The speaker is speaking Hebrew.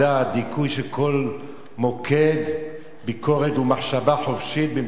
דיכוי של כל מוקד ביקורת ומחשבה חופשית במדינה